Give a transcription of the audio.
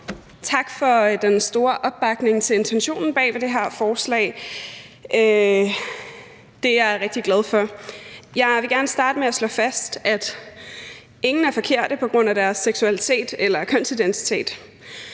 Tak for den store opbakning til intentionen bag det her forslag. Den er jeg rigtig glad for. Jeg vil gerne starte med at slå fast, at ingen er forkert på grund af sin seksualitet eller kønsidentitet,